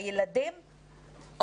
הילדים,